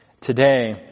today